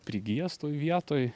prigijęs toj vietoj